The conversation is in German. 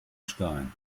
stein